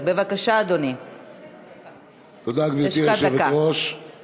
רבותי, אנחנו